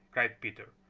cried peter,